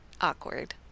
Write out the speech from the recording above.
Awkward